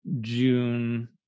June